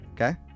Okay